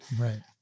Right